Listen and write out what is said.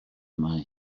mae